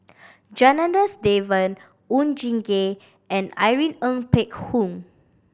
Janadas Devan Oon Jin Gee and Irene Ng Phek Hoong